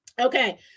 okay